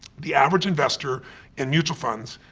the average investor in mutual funds,